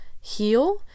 heal